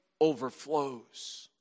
overflows